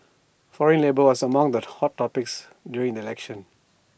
foreign labour was among that hot topics during the elections